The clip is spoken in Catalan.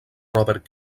robert